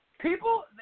People